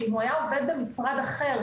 שאם היה עובד במשרד אחר,